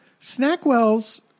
snackwells